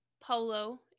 polo